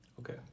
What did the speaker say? Okay